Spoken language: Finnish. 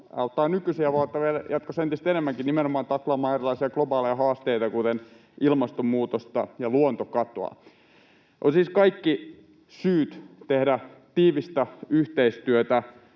että jatkossa vielä entistä enemmän — nimenomaan erilaisia globaaleja haasteita, kuten ilmastonmuutosta ja luontokatoa. On siis kaikki syyt tehdä tiivistä yhteistyötä